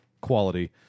quality